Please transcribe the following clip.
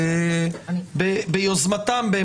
לפי הניסוח הנוכחי